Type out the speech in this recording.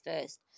first